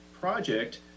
project